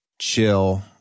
chill